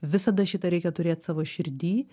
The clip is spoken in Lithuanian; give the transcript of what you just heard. visada šitą reikia turėt savo širdy